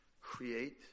Create